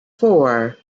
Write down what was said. four